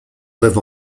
live